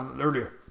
Earlier